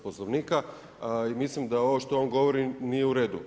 Poslovnika, mislim da ovo što on govori nije u redu.